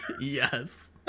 Yes